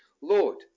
Lord